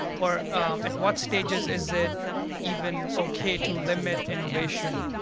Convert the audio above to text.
or at what stages is it even okay to limit innovation,